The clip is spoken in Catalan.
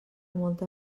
molta